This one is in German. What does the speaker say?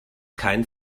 kein